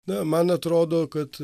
na man atrodo kad